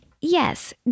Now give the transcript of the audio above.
yes